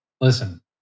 Listen